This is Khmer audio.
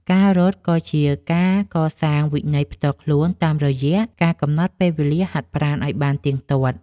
ការរត់ ក៏ជាការកសាងវិន័យផ្ទាល់ខ្លួនតាមរយៈការកំណត់ពេលវេលាហាត់ប្រាណឱ្យបានទៀងទាត់។